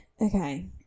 Okay